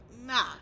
nah